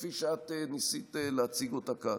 כפי שאת ניסית להציג אותה כאן.